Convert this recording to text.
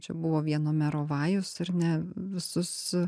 čia buvo vieno mero vajus ar ne visus